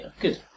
good